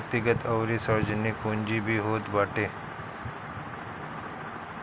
व्यक्तिगत अउरी सार्वजनिक पूंजी भी होत बाटे